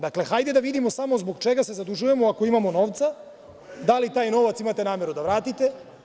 Dakle, hajde da vidimo zbog čega se zadužujemo ako imamo novca, da li taj novac imate nameru da vratite?